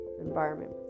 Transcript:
environment